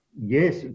Yes